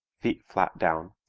feet flat down,